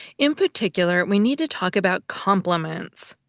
in particular, we need to talk about complements.